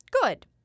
Good